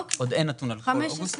עוד אין נתון על כל אוגוסט,